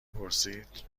پرسید